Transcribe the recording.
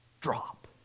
drop